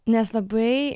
nes labai